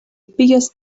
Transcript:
biggest